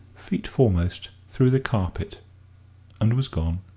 feet foremost, through the carpet and was gone.